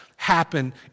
happen